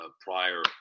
prior